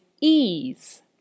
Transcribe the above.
ease